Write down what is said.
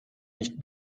nicht